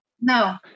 No